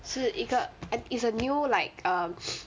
是一个 I think it's a new like um